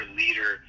leader